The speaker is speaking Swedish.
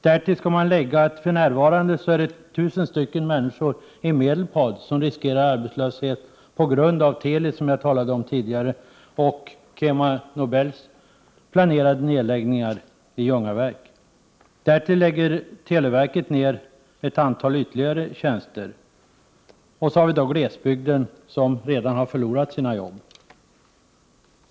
Därtill skall dessutom läggas att 1 000 människor i Medelpad nu riskerar arbetslöshet på grund av Telis nedläggning, som jag talade om tidigare, och Kema Nobels planerade nedläggningar i Ljungaverk. Därutöver lägger televerket ner ytterligare ett antal tjänster. Glesbygden har redan förlorat sina jobb.